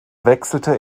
wechselte